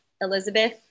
Elizabeth